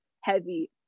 heavy